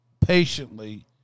patiently